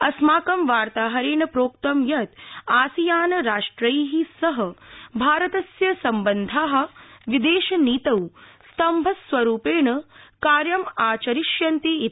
अस्माकं वार्ताहरेण प्रोक्तं यत् आसियान राष्ट्रै सह भारतस्य संबंधा विदेशनीतौ स्तम्भस्वरूपेण कार्यमाचरिष्यन्ति इति